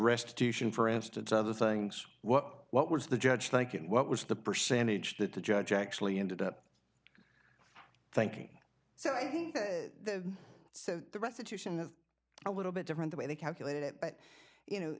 restitution for instance other things what what was the judge thinking what was the percentage that the judge actually ended up thank you so i think so the restitution of a little bit different the way they calculated it but you know